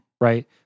Right